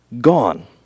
gone